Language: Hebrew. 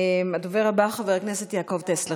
הדובר הבא, חבר הכנסת יעקב טסלר,